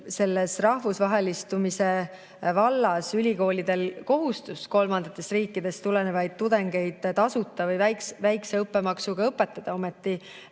selles rahvusvahelistumise vallas ülikoolidel kohustust kolmandatest riikidest tulevaid tudengeid tasuta või väikese õppemaksu eest õpetada, ometi